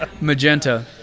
magenta